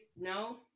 No